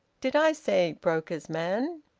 did i say broker's man?